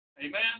Amen